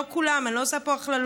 לא כולם, אני לא עושה פה הכללות.